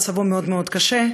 מצבו מאוד מאוד קשה.